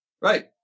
Right